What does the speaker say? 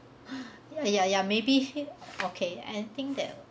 ya ya ya maybe okay I think than